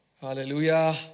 Hallelujah